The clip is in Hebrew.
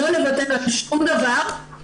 לא לוותר על שום דבר.